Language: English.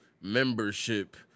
membership